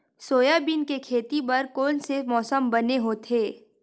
Soybean के खेती बर कोन से मौसम बने होथे?